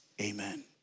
amen